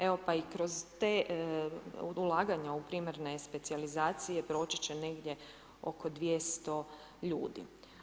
Evo, pa i kroz te ulaganja u primarne specijalizacije proći će negdje oko 200 ljudi.